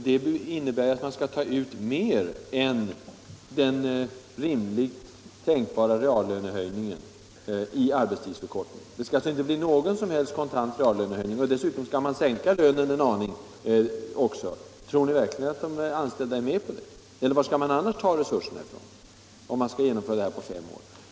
Det innebär att man skall ta ut mer än den rimligen tänkbara reallönehöjningen i arbetstidsförkortning. Det skall inte bli någon som helst kontant reallönehöjning, och dessutom skall man alltså sänka reallönen. Tror ni verkligen att de anställda är med på det? Eller varifrån skall man annars ta resurserna, om detta skall genomföras på fem år?